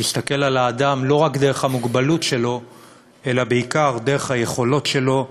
להסתכל על האדם לא רק דרך המוגבלות שלו אלא בעיקר דרך היכולת שלו,